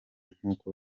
nk’uko